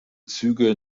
züge